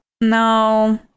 no